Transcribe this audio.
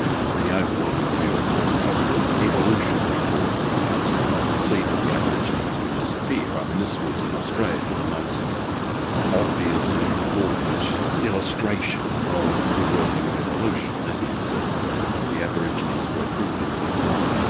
the overwhelming view of course was that evolutionary forces would see that the aborigines would disappear. i mean this was in australia the most obvious and important illustration of the working of evolution, that is that the aborigines were a primitive people,